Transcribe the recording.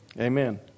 Amen